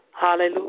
Hallelujah